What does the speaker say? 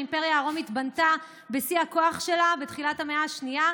שהאימפריה הרומית בנתה בשיא הכוח שלה בתחילת המאה השנייה,